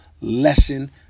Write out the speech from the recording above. lesson